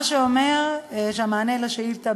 מה שאומר שהמענה על ההצעה,